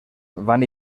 van